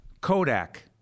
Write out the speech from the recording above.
Kodak